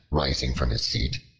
rising from his seat,